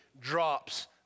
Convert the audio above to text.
drops